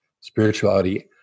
Spirituality